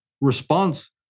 response